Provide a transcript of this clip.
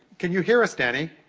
can you hear us, danny?